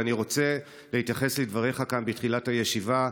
אבל אני רוצה להתייחס לדבריך כאן בתחילת הישיבה.